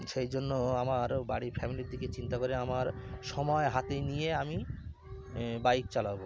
সেই জন্য আমার বাড়ির ফ্যামিলির দিকে চিন্তা করে আমার সময় হাতে নিয়ে আমি বাইক চালাব